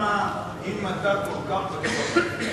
אם אתה כל כך בטוח בעצמך,